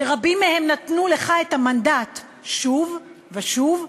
שרבים מהם נתנו לך את המנדט שוב ושוב,